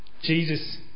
Jesus